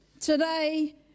Today